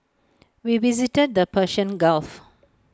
we visited the Persian gulf